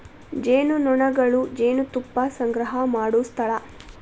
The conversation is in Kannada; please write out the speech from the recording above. ಜೇನುನೊಣಗಳು ಜೇನುತುಪ್ಪಾ ಸಂಗ್ರಹಾ ಮಾಡು ಸ್ಥಳಾ